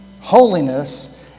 Holiness